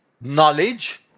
knowledge